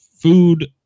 Food